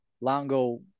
Longo